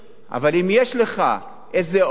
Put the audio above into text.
אבל אם יש לך איזה אוטו,